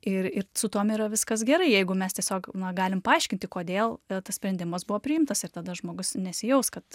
ir ir su tuom yra viskas gerai jeigu mes tiesiog na galim paaiškinti kodėl tas sprendimas buvo priimtas ir tada žmogus nesijaus kad